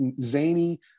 zany